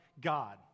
God